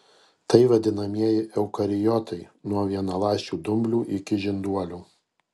tai vadinamieji eukariotai nuo vienaląsčių dumblių iki žinduolių